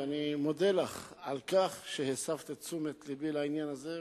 ואני מודה לך על כך שהסבת את תשומת הלב לעניין הזה,